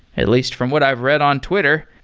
at least from what i've read on twitter,